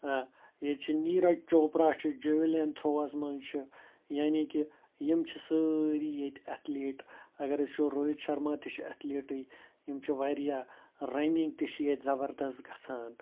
ییٚتہِ چھِ نیرَج چوپرا چھِ جُوِلِیَن تھرٛووَس منٛز چھِ یعنی کہِ یِم چھِ سٲری ییٚتہِ اتھِلیٖٹ اگر أسۍ وٕچھو روہَت شرما تہِ چھِ اتھِلیٖٹٕے یِم چھِ واریاہ رَنِنٛگ تہِ چھِ ییٚتہِ زبردَس گژھان